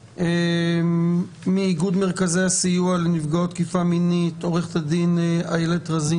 לצערנו, מכיוון שמדובר כאן בדיני נפשות,